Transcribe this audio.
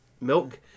milk